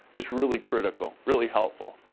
it's really critical, really helpful.